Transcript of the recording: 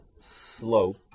slope